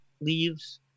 leaves